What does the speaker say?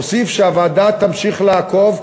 אוסיף שהוועדה תמשיך לעקוב,